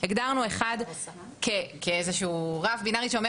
הגדרנו אחד כאיזה שהוא רף בינארי שאומר